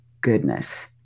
goodness